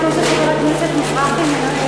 לפני שחבר הכנסת מזרחי מנמק,